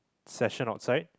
session outside